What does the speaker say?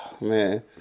Man